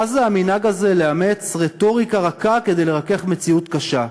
מה זה המנהג הזה לאמץ רטוריקה רכה כדי לרכך מציאות קשה?